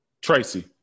Tracy